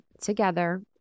together